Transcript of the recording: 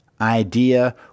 idea